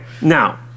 now